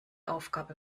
aufgabe